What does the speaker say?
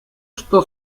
что